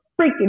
freaking